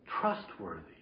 trustworthy